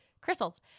crystals